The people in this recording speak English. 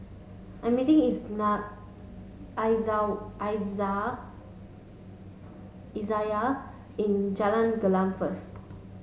I'm meeting Izayah in Jalan Gelam first